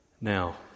Now